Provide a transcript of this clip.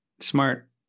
smart